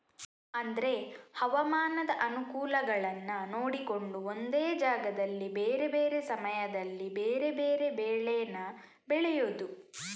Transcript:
ಅಂದ್ರೆ ಹವಾಮಾನದ ಅನುಕೂಲಗಳನ್ನ ನೋಡಿಕೊಂಡು ಒಂದೇ ಜಾಗದಲ್ಲಿ ಬೇರೆ ಬೇರೆ ಸಮಯದಲ್ಲಿ ಬೇರೆ ಬೇರೆ ಬೆಳೇನ ಬೆಳೆಯುದು